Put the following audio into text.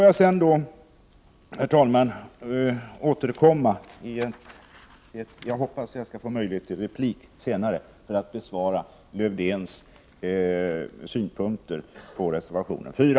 Jag hoppas få möjlighet till replik senare för att besvara Lars-Erik Lövdéns synpunkter på reservation 4.